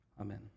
Amen